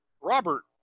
Robert